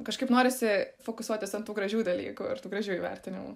kažkaip norisi fokusuotis ant tų gražių dalykų ir tų gražių įvertinimų